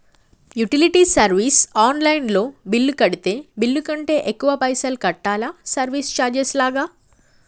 Utility service online లో bill కడితే bill కంటే ఎక్కువ పైసల్ కట్టాలా సర్వీస్ చార్జెస్ లాగా?